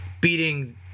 Beating